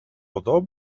nastrój